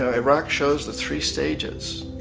ah iraq showes the three stages.